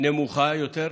נמוכה יותר,